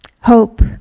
Hope